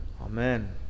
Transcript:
Amen